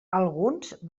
alguns